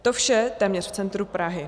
To vše téměř v centru Prahy.